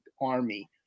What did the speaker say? army